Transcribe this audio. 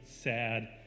sad